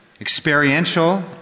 experiential